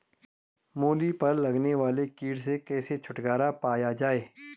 मूली पर लगने वाले कीट से कैसे छुटकारा पाया जाये?